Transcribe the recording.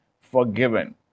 forgiven